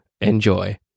Enjoy